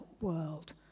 world